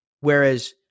Whereas